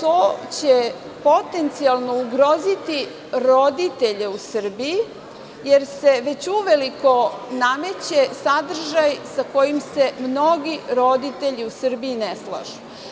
to će potencijalno ugroziti roditelje u Srbiji, jer se već uveliko nameće sadržaj sa kojim se mnogi roditelji u Srbiji ne slažu.